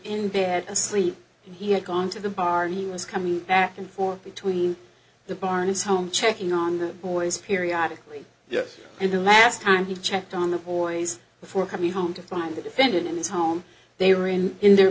in bed asleep he had gone to the bar he was coming back and forth between the barnes home checking on the boys periodically yes and the last time he checked on the boys before coming home to find the defendant in this home they were in in their